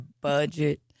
budget